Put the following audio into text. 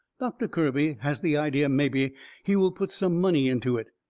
doctor kirby has the idea mebby he will put some money into it.